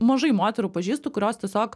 mažai moterų pažįstu kurios tiesiog